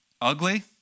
Ugly